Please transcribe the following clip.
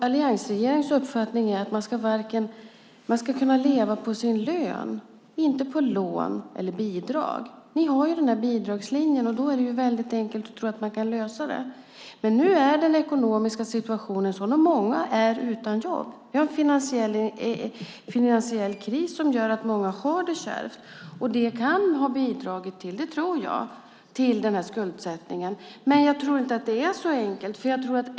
Alliansregeringens uppfattning är att man ska kunna leva på sin lön, inte på lån eller bidrag. Ni har ju den här bidragslinjen, och då är det väldigt enkelt att tro att man kan lösa det. Men nu är den ekonomiska situationen så här, och många är utan jobb. Vi har en finansiell kris som gör att många har det kärvt. Det kan ha bidragit till - det tror jag - den här skuldsättningen. Men jag tror inte att det är så enkelt.